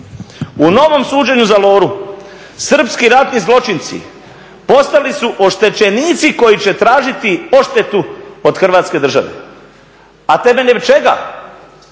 u novom suđenju za Loru, srpski ratni zločinci postali su oštećenici koji će tražiti odštetu od Hrvatske države. A temeljem čega?